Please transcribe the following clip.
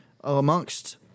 amongst